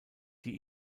die